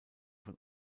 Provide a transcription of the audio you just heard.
von